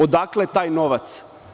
Odakle taj novac?